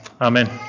amen